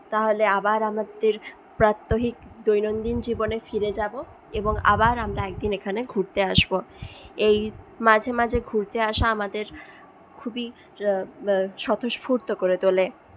তাহলে আবার আমাদের প্রাত্যহিক দৈনন্দিন জীবনে ফিরে যাবো এবং আবার আমরা একদিন এখানে ঘুরতে আসবো এই মাঝে মাঝে ঘুরতে আসা আমাদের খুবই স্বতঃস্ফূর্ত করে তোলে